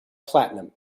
platinum